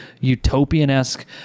utopian-esque